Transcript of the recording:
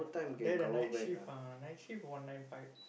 there the night shift uh night shift one nine five